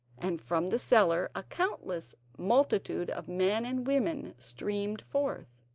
and from the cellar a countless multitude of men and women streamed forth.